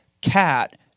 cat